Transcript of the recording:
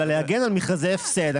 אלא להגן על מכרזי הפסד.